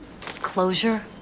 Closure